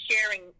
sharing